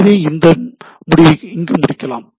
எனவே இங்கே முடிக்கலாம்